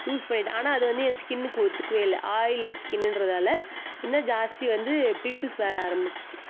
use பண்ணிவிட்டேன் ஆனால் அது வந்து என் ஸ்கின்னுக்கு ஒத்துக்கவே இல்லை ஆயில் ஸ்கின்றதாலே இன்னும் ஜாஸ்தி வந்து பிம்பிள்ஸ் வர ஆரம்பிச்சுச்சு